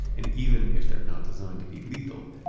and even if they're not designed to be lethal,